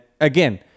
again